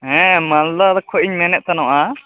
ᱦᱮᱸ ᱢᱟᱞᱫᱟ ᱠᱷᱚᱱ ᱤᱧ ᱢᱮᱱᱮᱫ ᱛᱟᱦᱮᱱᱚᱜᱼᱟ